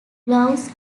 gloves